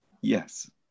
Yes